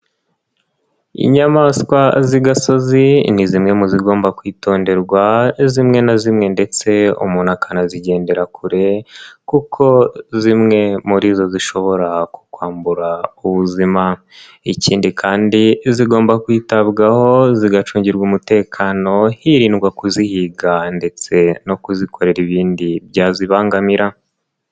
Inyamaswa z'igasozi ni zimwe mu zigomba kwitonderwa zimwe na zimwe ndetse umuntu akanazigendera kure kuko zimwe muri zo zishobora kwambura ubuzima, ikindi kandi zigomba kwitabwaho zigacungirwa umutekano hirindwa kuzihiga ndetse no kuzikorera ibindi byazibangamira.